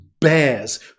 bears